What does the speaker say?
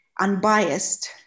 unbiased